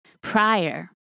prior